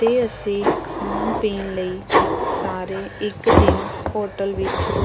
ਅਤੇ ਅਸੀਂ ਖਾਣ ਪੀਣ ਲਈ ਸਾਰੇ ਇੱਕ ਦਿਨ ਹੋਟਲ ਵਿੱਚ